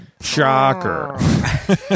Shocker